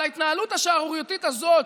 על ההתנהלות השערורייתית הזאת,